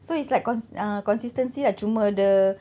so it's like cons~ uh consistency lah cuma the